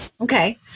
Okay